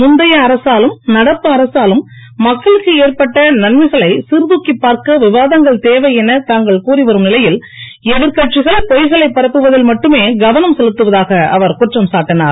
முந்தைய அரசாலும் நடப்பு அரசாலும் மக்களுக்கு ஏற்பட்ட நன்மைகளை சிர்தூக்கிப் பார்க்க விவாதங்கள் தேவை என தாங்கள் கூறி வரும் நிலையில் எதிர்க்கட்சிகள் பொய்களை பரப்புவதில் மட்டுமே கவனம் செலுத்துவதாக அவர் குற்றம் சாட்டினார்